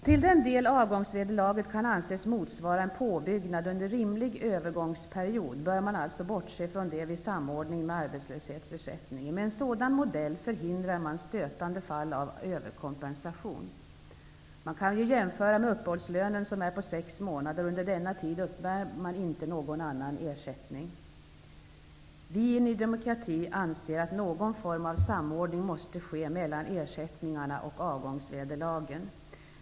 Till den del avgångsvederlaget kan anses motsvara en påbyggnad under rimlig övergångsperiod, bör man alltså bortse från detta vid samordningen med arbetslöshetsersättningen. Med en sådan modell förhindrar man stötande fall av överkompensation. Man kan ju jämföra med uppehållslönen som är på sex månader, under vilken tid man inte uppbär någon annan ersättning. Vi i Ny demokrati anser att någon form av samordning måste ske mellan ersättningarna och avgångsvederlagen.